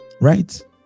Right